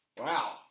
Wow